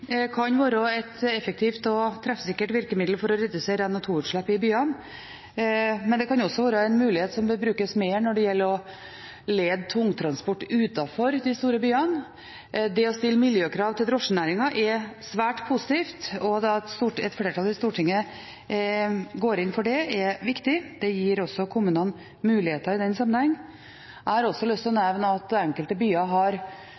kan være et effektivt og treffsikkert virkemiddel for å redusere NO2-utslipp i byene, men det kan også være en mulighet som bør brukes mer når det gjelder å lede tungtransport utenfor de store byene. Det å stille miljøkrav til drosjenæringen er svært positivt, og det at et flertall i Stortinget går inn for det, er viktig. Det gir også kommunene muligheter i den sammenheng. Jeg har også lyst til å nevne at enkelte byer i en del sammenhenger har